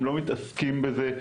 הם לא מתעסקים בזה,